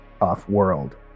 off-world